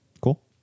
Cool